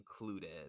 included